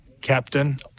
captain